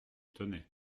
tenais